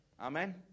Amen